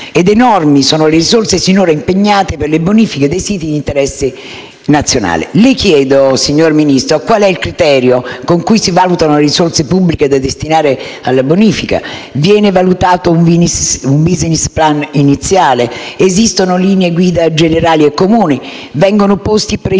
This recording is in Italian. ed enormi sono le risorse sinora impegnate per le bonifiche dei siti di interesse nazionale. Signor Ministro, le chiedo dunque: qual è il criterio con cui si valutano le risorse pubbliche da destinare alla bonifica? Viene valutato un *business plan* iniziale? Esistono linee guida generali e comuni? Vengono posti precisi